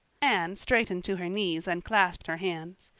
anne straightened to her knees and clasped her hands.